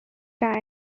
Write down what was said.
time